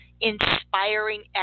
inspiring